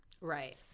Right